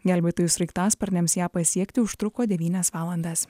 gelbėtojų sraigtasparniams ją pasiekti užtruko devynias valandas